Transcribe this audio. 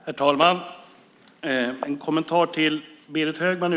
Herr talman! Jag har en kommentar till Berit Högman.